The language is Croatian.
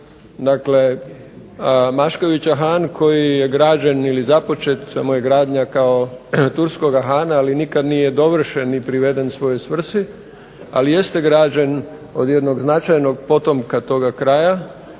dakle Maškovića Han koji je građen ili započeta mu je gradnja kao turskoga Hana, ali nikad nije dovršen ni priveden svojoj svrsi, ali jeste građen od jednog značajnog potomka toga kraja,